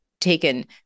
taken